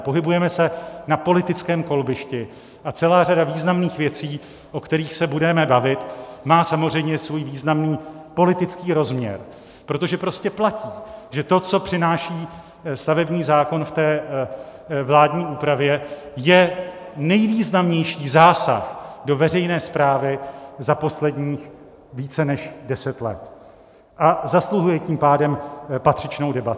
Pohybujeme se na politickém kolbišti a celá řada významných věcí, o kterých se budeme bavit, má samozřejmě svůj významný politický rozměr, protože prostě platí, že to, co přináší stavební zákon v té vládní úpravě, je nejvýznamnější zásah do veřejné správy za posledních více než deset let, a zasluhuje tím pádem patřičnou debatu.